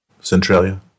Centralia